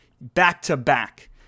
back-to-back